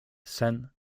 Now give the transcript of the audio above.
sen